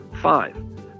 Five